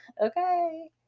okay